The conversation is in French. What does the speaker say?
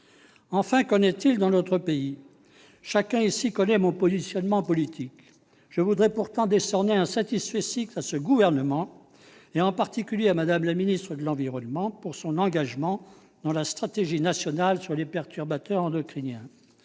Enfin, qu'en est-il dans notre pays ? Chacun ici connaît mon positionnement politique Je voudrais pourtant décerner un au Gouvernement, en particulier à Mme la ministre de l'environnement, pour son engagement dans la stratégie nationale sur les perturbateurs endocriniens.